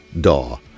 DAW